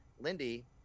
lindy